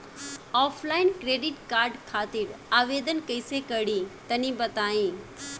Offline credit card खातिर आवेदन कइसे करि तनि बताई?